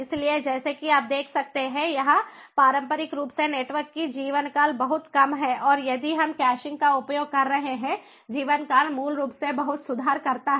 इसलिए जैसा कि आप देख सकते हैं यहां पारंपरिक रूप से नेटवर्क का जीवनकाल बहुत कम है और यदि हम कैशिंग का उपयोग कर रहे हैं जीवनकाल मूल रूप से बहुत सुधार करता है